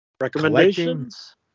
recommendations